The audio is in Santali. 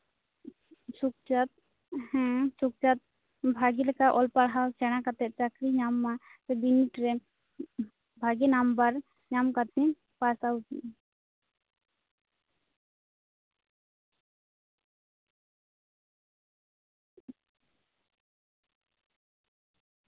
ᱥᱩᱠᱪᱟᱸᱫ ᱦᱮᱸ ᱥᱩᱠᱪᱟᱸᱫ ᱵᱷᱟᱹᱜᱤ ᱞᱮᱠᱟ ᱚᱞ ᱯᱟᱲᱦᱟᱣ ᱥᱮᱬᱮ ᱠᱟᱛᱮᱫ ᱪᱟᱠᱨᱤᱭ ᱧᱟᱢ ᱢᱟ ᱥᱮ ᱵᱤᱱᱤᱰ ᱨᱮ ᱵᱷᱟᱹᱜᱤ ᱱᱟᱢᱵᱟᱨ ᱧᱟᱢ ᱠᱟᱛᱮᱫ ᱮ ᱯᱟᱥ ᱟᱣᱩᱴᱚᱜ